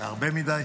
זה הרבה מדי.